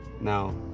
Now